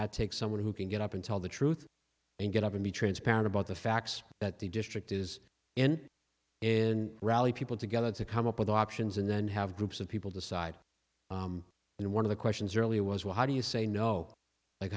that takes someone who can get up and tell the truth and get up and be transparent about the facts that the district is in in rally people together to come up with options and then have groups of people decide and one of the questions earlier was well how do you say no like